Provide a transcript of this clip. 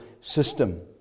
system